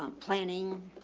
um planning,